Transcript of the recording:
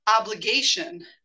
obligation